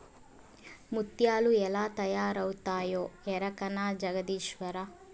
ముత్యాలు ఎలా తయారవుతాయో ఎరకనా జగదీశ్వరా